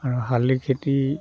আৰু শালি খেতি